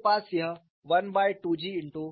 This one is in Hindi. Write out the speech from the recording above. मेरे पास यह 1 बाय 2 G ईंटो